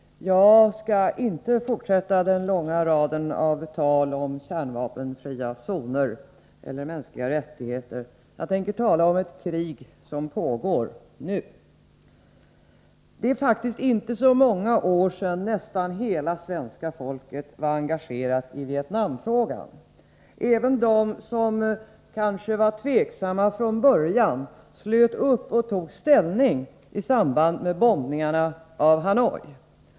Fru talman! Jag skall inte fortsätta den långa raden av tal om kärnvapenfria zoner eller mänskliga rättigheter. Jag tänker tala om ett krig som pågår nu. Det är faktiskt inte så många år sedan nästan hela svenska folket var engagerat i Vietnamfrågan. Även de som från början kanske var tveksamma slöt upp och tog ställning i samband med bombningarna av Hanoi.